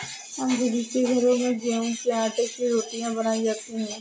हम सभी के घरों में गेहूं के आटे की रोटियां बनाई जाती हैं